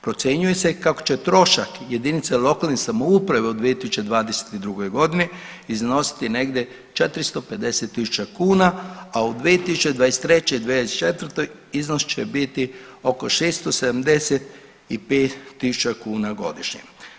Procjenjuje se i kako će trošak jedinice lokalne samouprave u 2022. iznositi negdje 450.000 kuna, a 2023., '24. iznos će biti oko 675.000 kuna godišnje.